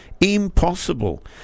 Impossible